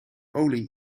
olie